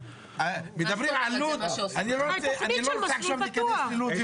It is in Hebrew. זה מה שעושים במסלול של תוכנית מסלול בטוח.